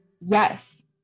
yes